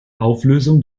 auflösung